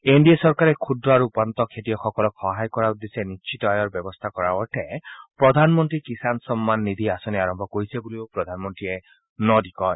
N D A চৰকাৰে ক্ষুদ্ৰ আৰু উপান্তৰ খেতিয়কসকলক সহায় কৰাৰ উদ্দেশ্যে নিশ্চিত আয়ৰ ব্যৱস্থা কৰাৰ অৰ্থে প্ৰধানমন্ত্ৰী কিষাণ সম্মান নিধি আঁচনি আৰম্ভ কৰিছে বুলিও প্ৰধানমন্ত্ৰীয়ে ন দি কয়